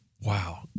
wow